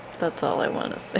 that's all i wanna ah